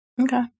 Okay